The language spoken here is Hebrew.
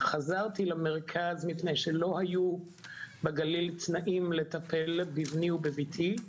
חזרתי למרכז מפני שלא היו בגליל תנאים לטפל בבני ובבתי,